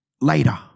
later